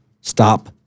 stop